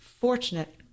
fortunate